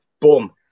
boom